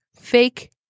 fake